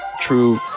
true